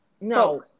No